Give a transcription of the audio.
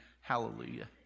hallelujah